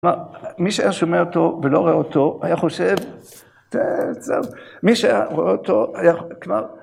‫כלומר, מי שהיה שומע אותו ‫ולא ראה אותו היה חושב... ‫מי שהיה רואה אותו היה...